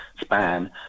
span